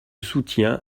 soutient